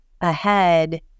ahead